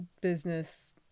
business